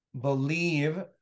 believe